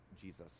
Jesus